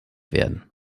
werden